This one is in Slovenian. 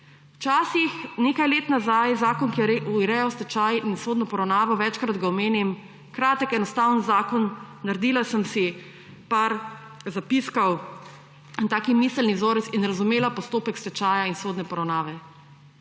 Včasih, nekaj let nazaj, je zakon, ki je urejal stečaj in sodno poravnavo, večkrat ga omenim, kratek, enostaven zakon, naredila sem si par zapiskov, tak miselni vzorec, in razumela postopek stečaja in sodne poravnave.